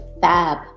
Fab